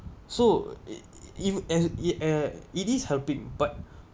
so it if as it uh it is helping but